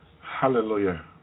Hallelujah